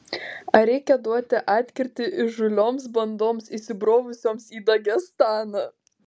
ar reikia duoti atkirtį įžūlioms bandoms įsibrovusioms į dagestaną